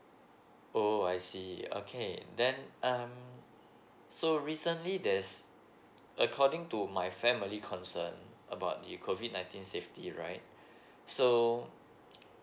oh I see okay then um so recently there's according to my family concerned about the COVID nineteen safety right so